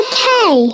Okay